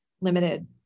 limited